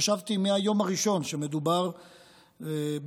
שחשבו מהיום הראשון שמדובר בטעות,